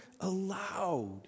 allowed